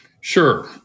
Sure